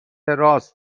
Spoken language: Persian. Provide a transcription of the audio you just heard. راست